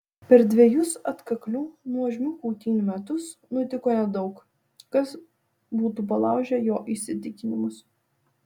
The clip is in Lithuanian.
per dvejus atkaklių nuožmių kautynių metus nutiko nedaug kas būtų palaužę jo įsitikinimus